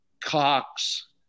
Cox